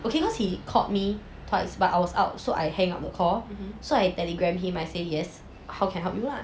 okay cause he caught me twice but I was out so I hang up the call so I Telegram him I say yes how can help you